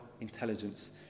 intelligence